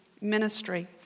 Ministry